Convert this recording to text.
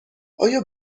آیا